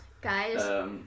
guys